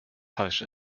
falsch